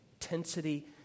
intensity